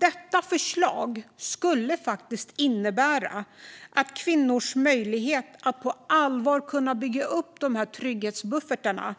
Detta förslag skulle faktiskt innebära att kvinnor fick möjlighet att på allvar bygga upp de här trygghetsbuffertarna,